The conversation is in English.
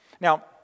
Now